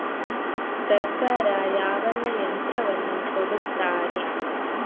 ಸರ್ಕಾರ ಯಾವೆಲ್ಲಾ ಯಂತ್ರವನ್ನು ಕೊಡುತ್ತಾರೆ?